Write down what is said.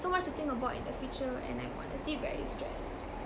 so much to think about in the future and I'm honestly very stressed